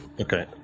Okay